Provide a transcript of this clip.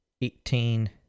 eighteen